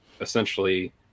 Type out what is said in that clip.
essentially